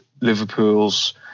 Liverpool's